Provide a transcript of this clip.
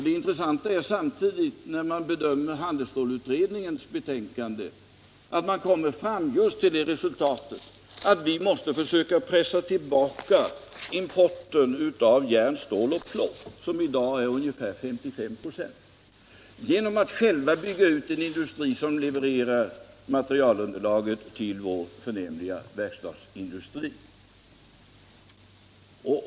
Det är också intressant att handelsstålutredningen i sitt betänkande kommer fram till resultatet att vi måste försöka pressa tillbaka importen av järn, stål och plåt, som i dag är ungefär 55 96, genom att själva bygga ut en industri som levererar materialunderlaget till vår förnämliga verkstadsindustri.